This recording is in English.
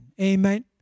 Amen